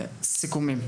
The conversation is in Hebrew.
לסיכום.